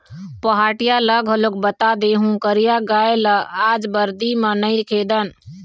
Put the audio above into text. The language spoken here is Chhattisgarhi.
पहाटिया ल घलोक बता देहूँ करिया गाय ल आज बरदी म नइ खेदन